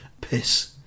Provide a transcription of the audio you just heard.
piss